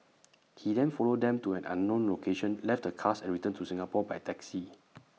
he then followed them to an unknown location left the cars and returned to Singapore by taxi